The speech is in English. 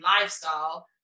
lifestyle